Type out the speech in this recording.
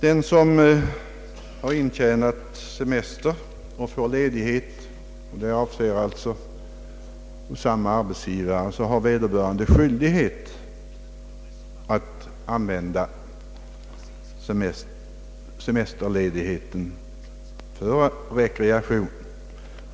Den som har intjänat se mester och får ledighet — det gäller alltså samma arbetsgivare — har skyl dighet att använda semesterledigheten för rekreation.